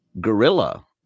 gorilla